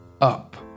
up